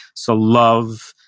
so love,